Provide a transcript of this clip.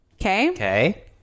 okay